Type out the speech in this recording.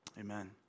Amen